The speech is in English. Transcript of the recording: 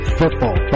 football